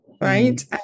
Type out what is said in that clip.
Right